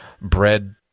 bread